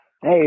hey